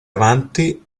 avanti